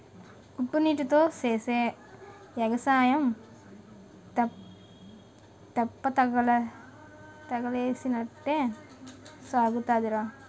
ఉప్పునీటీతో సేసే ఎగసాయం తెప్పతగలేసినట్టే సాగుతాదిరా